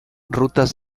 rutas